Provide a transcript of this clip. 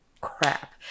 crap